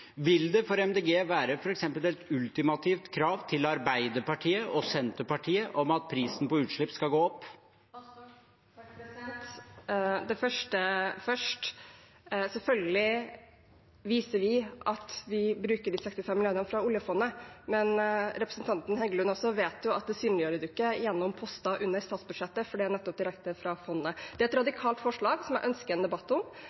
Vil det for Miljøpartiet De Grønne være f.eks. et ultimativt krav til Arbeiderpartiet og Senterpartiet at prisen på utslipp skal gå opp? Det første først: Selvfølgelig viser vi at vi bruker de 65 mrd. kr fra oljefondet, men representanten Heggelund vet også at det synliggjør man ikke gjennom poster under statsbudsjettet, for det er nettopp direkte fra fondet. Det er et radikalt forslag som jeg ønsker en debatt om,